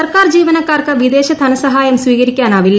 സർക്കാർ ജീവനക്കാർക്ക് വിദേശ ധനസഹായം സ്വീകരിക്കാനാവില്ല